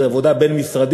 זו עבודה בין-משרדית,